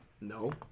No